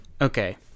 Okay